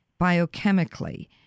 biochemically